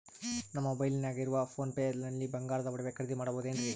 ನಮ್ಮ ಮೊಬೈಲಿನಾಗ ಇರುವ ಪೋನ್ ಪೇ ನಲ್ಲಿ ಬಂಗಾರದ ಒಡವೆ ಖರೇದಿ ಮಾಡಬಹುದೇನ್ರಿ?